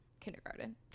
kindergarten